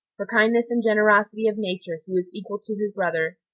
for kindness and generosity of nature he was equal to his brother,